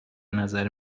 نظر